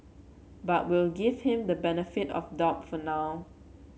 but we'll give him the benefit of doubt for now